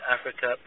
Africa